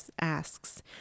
asks